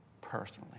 personally